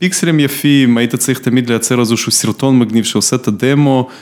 פיקסלים יפים, היית צריך תמיד לייצר איזשהו סרטון מגניב שעושה את הדמו.